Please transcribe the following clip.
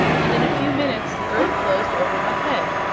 and in a few minutes the earth closed over my head.